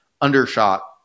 undershot